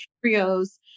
trios